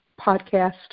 podcast